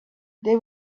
they